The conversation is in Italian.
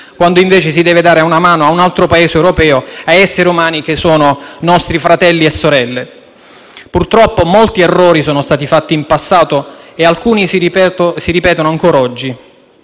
quando invece si deve dare una mano ad un altro Paese europeo e ad essere umani che sono nostri fratelli e sorelle. Purtroppo molti errori sono stati fatti in passato e alcuni si ripetono ancora oggi.